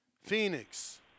Phoenix